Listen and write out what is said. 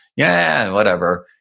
yeah, whatever.